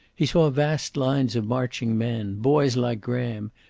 he saw vast lines of marching men, boys like graham,